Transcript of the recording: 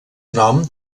nom